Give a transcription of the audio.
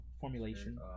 formulation